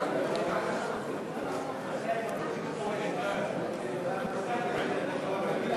חוק הפיקוח על מזון לבעלי-חיים, התשע"ד 2014,